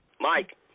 Mike